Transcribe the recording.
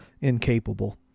incapable